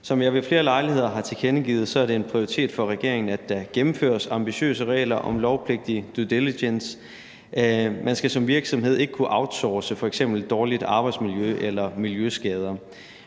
Som jeg ved flere lejligheder har tilkendegivet, er det en prioritet for regeringen, at der gennemføres ambitiøse regler om lovpligtig due diligence. Man skal som virksomhed ikke kunne outsource f.eks. dårligt arbejdsmiljø eller miljøskader.